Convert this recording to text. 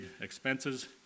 expenses